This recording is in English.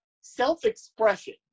Self-expression